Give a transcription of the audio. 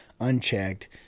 unchecked